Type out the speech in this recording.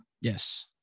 yes